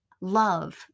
love